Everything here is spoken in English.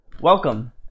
Welcome